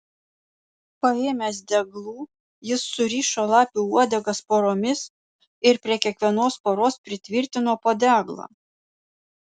paėmęs deglų jis surišo lapių uodegas poromis ir prie kiekvienos poros pritvirtino po deglą